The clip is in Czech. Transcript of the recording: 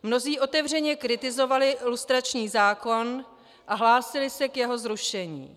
Mnozí otevřeně kritizovali lustrační zákon a hlásili se k jeho zrušení.